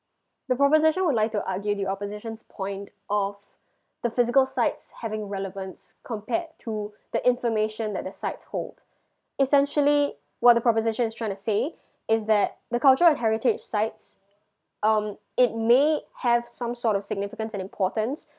the proposition would like to argue the opposition's point of the physical sites having relevance compared to the information that the sites hold essentially what the proposition is trying to say is that the culture of heritage sites um it may have some sort of significance and importance